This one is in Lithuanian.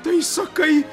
tai sakai